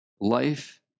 life